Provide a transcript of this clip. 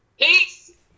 Peace